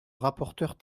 rapporteur